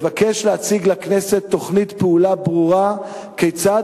להציג לכנסת תוכנית פעולה ברורה כיצד